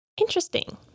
Interesting